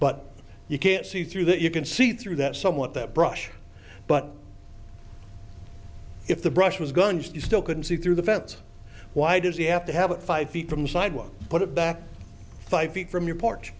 but you can't see through that you can see through that somewhat that brush but if the brush was gunge he still couldn't see through the fence why does he have to have it five feet from the sidewalk put it back five feet from your porch